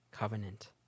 covenant